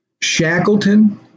Shackleton